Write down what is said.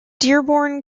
dearborn